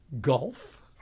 Golf